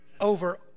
over